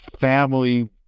family